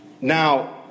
Now